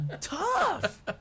tough